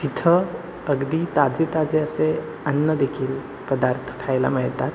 तिथं अगदी ताजे ताजे असे अन्नदेखील पदार्थ खायला मिळतात